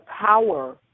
power